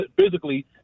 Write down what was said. physically